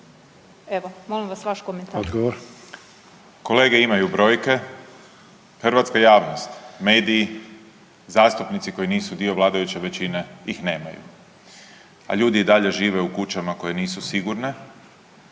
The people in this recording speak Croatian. Odgovor. **Grbin, Peđa (SDP)** Kolege imaju brojke. Hrvatska javnost, mediji, zastupnici koji nisu dio vladajuće većine ih nemaju, a ljudi i dalje žive u kućama koje nisu sigurne,